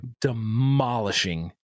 demolishing